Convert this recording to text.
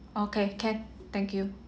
okay can thank you